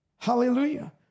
Hallelujah